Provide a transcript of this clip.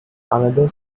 another